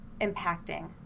impacting